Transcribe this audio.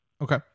Okay